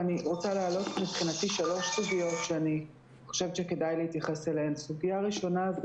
אני רוצה להעלות שלוש סוגיות שכדאי להתייחס אליהן: הסוגיה הראשונה היא